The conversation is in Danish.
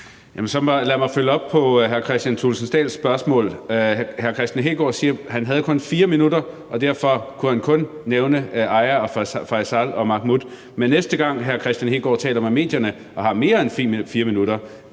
lad mig følge op på hr. Kristian Thulesen Dahls spørgsmål. Hr. Kristian Hegaard siger, at han kun havde 4 minutter, og derfor kunne han kun nævne Aya, Faeza og Mahmoud, men næste gang hr. Kristian Hegaard taler med medierne og har mere end 4 minutter,